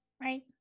right